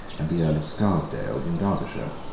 and the earl of scarsdale in derbyshire.